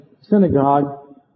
synagogue